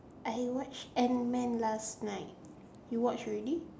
I watch Ant man last night you watch already